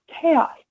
chaos